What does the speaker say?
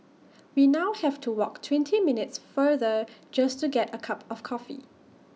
we now have to walk twenty minutes further just to get A cup of coffee